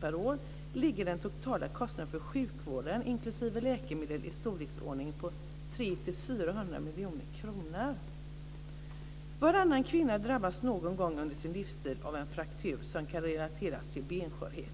per år ligger den totala kostnaden för sjukvården, inklusive läkemedel, i storleksordningen 300-400 miljoner kronor. Varannan kvinna drabbas någon gång under sin livstid av en fraktur som kan relateras till benskörhet.